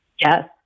Yes